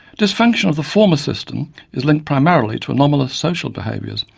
dysfunction of the former system is linked primarily to anomalous social behaviours,